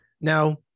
Now